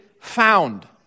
found